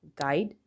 guide